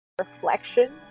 Reflection